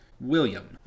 William